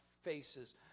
faces